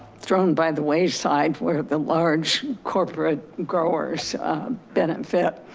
thrown by the wayside, where the large corporate growers benefit.